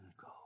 go